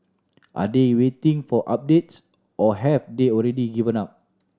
are they waiting for updates or have they already given up